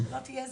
לא תהיה זכאות,